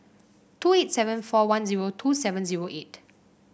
two eight seven four one zero two seven zero eight